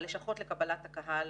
הלשכות לקבלת הקהל